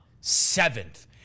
seventh